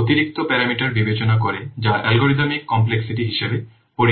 অতিরিক্ত প্যারামিটার বিবেচনা করে যা অ্যালগরিদমিক কমপ্লেক্সিটি হিসাবে পরিচিত